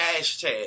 hashtag